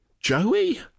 joey